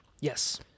Yes